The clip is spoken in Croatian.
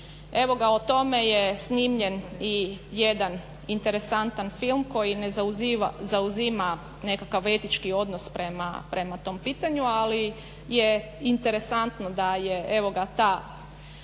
Evo ga o tome je snimljen i jedan interesantan film koji ne zauzima nekakav etički odnos prema tom pitanju ali je interesantno da je evo taj